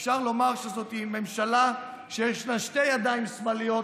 אפשר לומר שזאת ממשלה שיש לה שתי ידיים שמאליות,